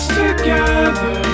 together